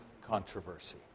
Controversy